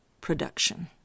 production